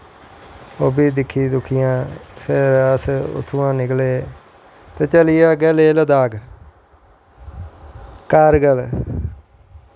ओह् बी दिक्खी दुक्खियै फिर अस उत्थमां दा निकले ते चली गे अग्गैं लेह् लद्धाख कारगिल